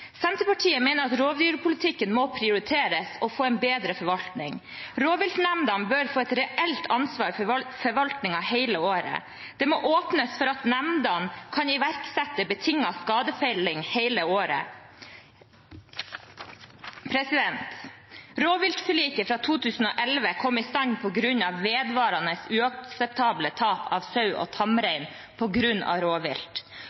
Senterpartiet mener at rovdyrpolitikken må prioriteres og få en bedre forvaltning. Rovviltnemndene bør få et reelt ansvar for forvaltningen hele året. Det må åpnes for at nemndene kan iverksette betinget skadefelling hele året. Rovviltforliket fra 2011 kom i stand på grunn av vedvarende uakseptable tap av sau og tamrein på grunn av rovvilt.